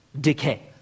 decay